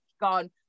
gone